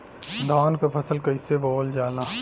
धान क फसल कईसे बोवल जाला?